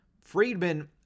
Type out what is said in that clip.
Friedman